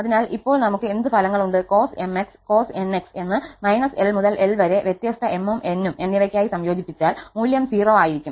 അതിനാൽ ഇപ്പോൾ നമുക്ക് എന്ത് ഫലങ്ങൾ ഉണ്ട് cos 𝑚𝑥 cos 𝑛𝑥 എന്നിവ −𝑙 മുതൽ 𝑙 വരെ വ്യത്യസ്ത 𝑚ഉം𝑛ഉം എന്നിവയ്ക്കായി സംയോജിപ്പിച്ചാൽ മൂല്യം 0 ആയിരിക്കും